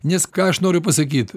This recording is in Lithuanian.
nes ką aš noriu pasakyt